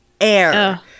air